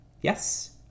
Yes